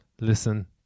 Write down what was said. listen